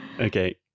Okay